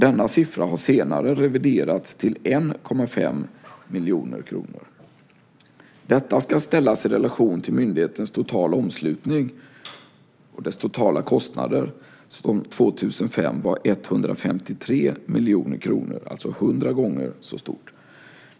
Denna siffra har senare reviderats till 1,5 miljoner kronor. Detta ska ställas i relation till myndighetens totala omslutning och dess totala kostnader som 2005 var 153 miljoner kronor. Omslutningen var alltså hundra gånger så stor.